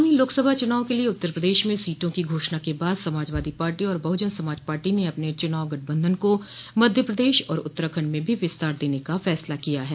आगामी लोकसभ चुनाव के लिये उत्तर प्रदेश में सीटों की घोषणा के बाद समाजवादी पार्टी और बहुजन समाज पार्टी ने अपने चुनाव गठबंधन को मध्य प्रदेश और उत्तराखंड में भी विस्तार देने का फैसला किया है